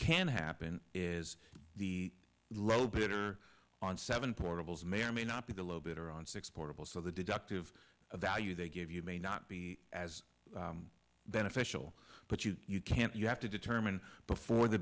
can happen is the low bit on seven portables may or may not be the low bidder on six portable so the deductive value they give you may not be as beneficial but you you can't you have to determine before the